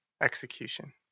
execution